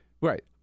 right